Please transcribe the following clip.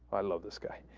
i love the sky